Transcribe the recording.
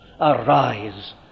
arise